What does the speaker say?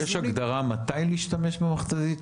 יש הגדרה מתי להשתמש במכת"זית,